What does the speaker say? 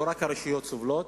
לא רק הרשויות סובלות,